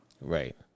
Right